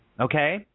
Okay